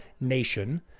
Nation